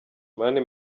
mani